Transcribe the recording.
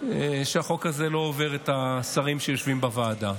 שהחוק הזה לא עובר את השרים שיושבים בוועדה.